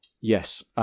Yes